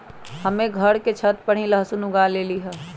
हम्मे घर के छत पर ही लहसुन उगा लेली हैं